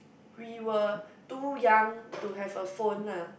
we were too young to have a phone lah